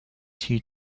tea